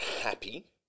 happy